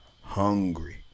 hungry